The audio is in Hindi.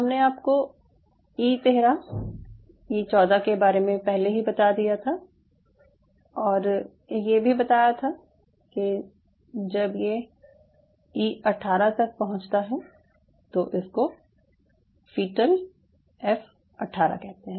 हमने आपको ई 13 ई 14 के बारे में पहले ही बताया दिया था और ये भी बताया था कि जब ये ई 18 तक पहुँचता है तो इसको फीटल एफ 18 कहते हैं